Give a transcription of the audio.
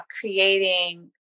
creating